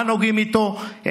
מה נוגעים איתו,